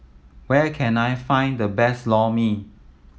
where can I find the best Lor Mee